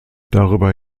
darüber